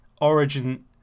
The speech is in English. origin